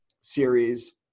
series